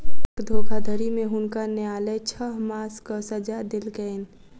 cheque धोखाधड़ी में हुनका न्यायलय छह मासक सजा देलकैन